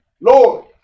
Lord